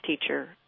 teacher